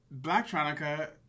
Blacktronica